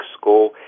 School